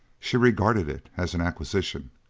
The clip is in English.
she regarded it as an acquisition,